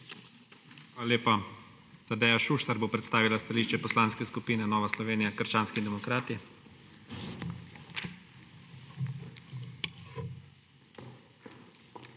Hvala lepa. Tadeja Šuštar bo predstavila stališče Poslanske skupine Nova Slovenija – krščanski demokrati.